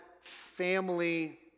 family